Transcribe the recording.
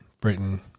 Britain